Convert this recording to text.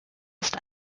ist